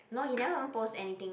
no he never even post anything